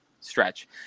stretch